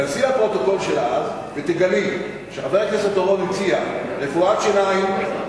תיכנסי לפרוטוקול של אז ותגלי שחבר הכנסת אורון הציע רפואת שיניים,